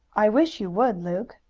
i wish you would, luke.